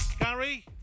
gary